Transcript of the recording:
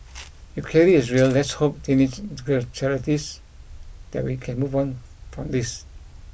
if Kelly is real let's hope teenage that we can move on from this